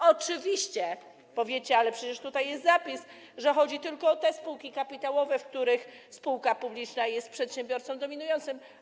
Oczywiście powiecie: Ale przecież tutaj jest zapis, że chodzi tylko o te spółki kapitałowe, w których spółka publiczna jest przedsiębiorcą dominującym.